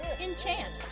Enchant